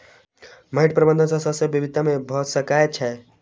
माइट प्रबंधन सॅ शस्य विविधता भ सकै छै